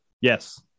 Yes